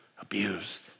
abused